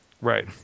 Right